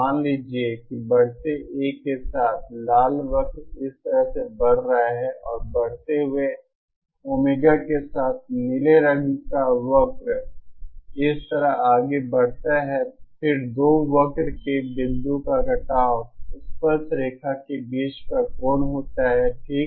मान लीजिए कि बढ़ते A के साथ लाल वक्र इस तरह से बढ़ रहा है और बढ़ते हुए ओमेगा के साथ नीले रंग का वक्र इस तरह आगे बढ़ता है फिर दो वक्र के बिंदु पर का कटाव स्पर्शरेखा के बीच का कोण होता है ठीक